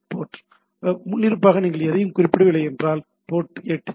board முன்னிருப்பாக நீங்கள் எதையும் குறிப்பிடவில்லை என்றால் போர்ட் 80